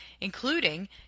including